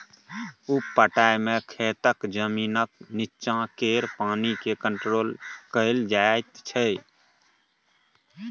उप पटाइ मे खेतक जमीनक नीच्चाँ केर पानि केँ कंट्रोल कएल जाइत छै